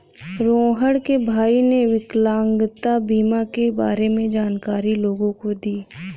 रोहण के भाई ने विकलांगता बीमा के बारे में जानकारी लोगों को दी